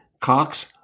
Cox